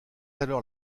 alors